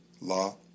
law